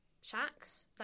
shacks